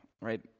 right